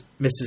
Mrs